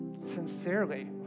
sincerely